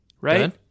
right